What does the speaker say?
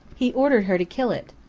he ordered her to kill it.